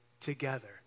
together